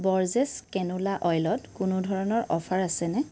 Borges canola অইলত কোনো ধৰণৰ অফাৰ আছেনে